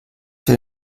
für